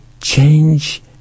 change